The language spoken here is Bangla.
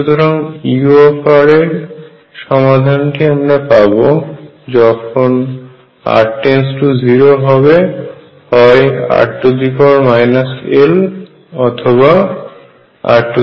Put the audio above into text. সুতরাং u এর সমাধানটি আমরা পাব যখন r 0 হবে হয় r l অথবা rl1